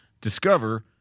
Discover